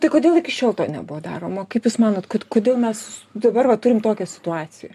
tai kodėl iki šiol to nebuvo daroma kaip jūs manot kodėl mes dabar va turim tokią situaciją